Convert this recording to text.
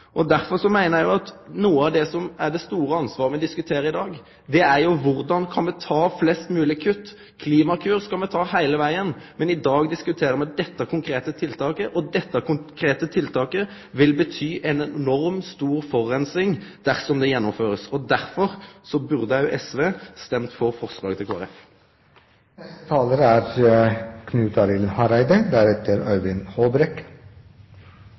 meiner eg at noko av det som er det store ansvaret me diskuterer i dag, er: Korleis kan me ta flest moglege kutt? Klimakur kan me ta heile vegen, men i dag diskuterer me dette konkrete tiltaket, og dette konkrete tiltaket vil bety ei enorm stor forureining dersom det blir gjennomført. Derfor burde òg SV stemt for forslaget til